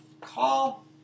call